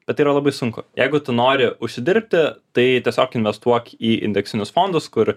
bet tai yra labai sunku jeigu tu nori užsidirbti tai tiesiog investuok į indeksinius fondus kur